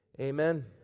amen